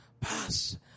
pass